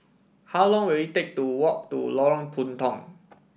how long will it take to walk to Lorong Puntong